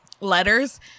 letters